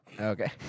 Okay